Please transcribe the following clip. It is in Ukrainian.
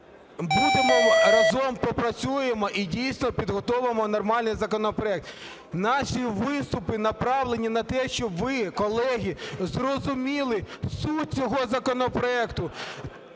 Будемо... разом попрацюємо і дійсно підготовимо нормальний законопроект. Наші виступи направлені на те, щоб ви, колеги, зрозуміли суть цього законопроекту,